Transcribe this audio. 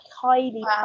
highly